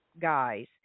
guys